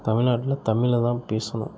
தமிழ்நாட்டில தமிழ்ல தான் பேசணும்